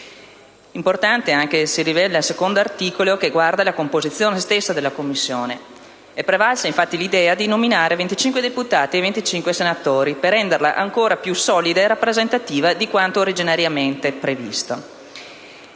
importante si rivela l'articolo 2, che riguarda la composizione stessa della Commissione. È prevalsa infatti l'idea di nominare 25 deputati e 25 senatori per renderla ancora più solida e rappresentativa di quanto originariamente previsto.